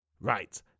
Right